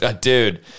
Dude